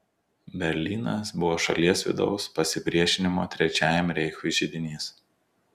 berlynas buvo šalies vidaus pasipriešinimo trečiajam reichui židinys